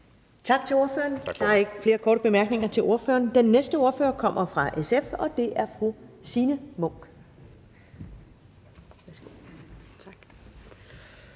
Tak til ordføreren. Der er ikke flere korte bemærkninger til ordføreren. Den næste ordfører kommer fra SF, og det er fru Signe Munk.